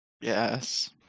Yes